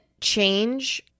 change